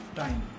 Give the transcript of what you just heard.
time